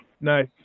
Nice